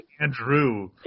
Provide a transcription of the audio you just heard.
Andrew